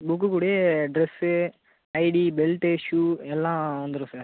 book கூட dress ID belt shoe எல்லாம் வந்துடும் சார்